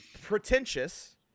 pretentious